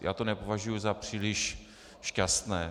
Já to nepovažuji za příliš šťastné.